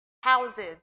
houses